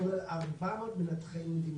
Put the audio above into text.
כולל 400 מנתחי מידע.